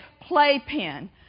playpen